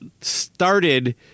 started